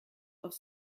auf